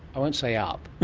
i won't say up,